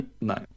No